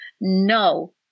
No